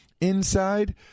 inside